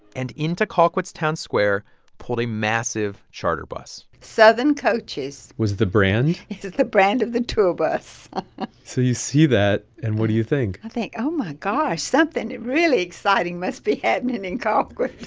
and into colquitt's town square pulled a massive charter bus southern coaches. was the brand. is the brand the tour bus so you see that. and what do you think? i think, oh, my gosh, something really exciting must be happening in colquitt